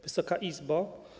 Wysoka Izbo!